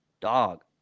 Dog